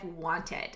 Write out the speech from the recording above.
wanted